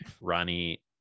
Ronnie